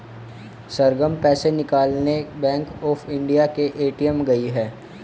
सरगम पैसे निकालने bank of India के ए.टी.एम गई है